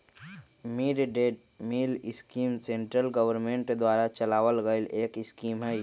mid day meal scheme central government द्वारा चलावल गईल एक स्कीम हई